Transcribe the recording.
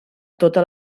tota